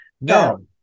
No